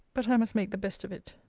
but i must make the best of it.